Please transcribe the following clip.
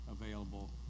available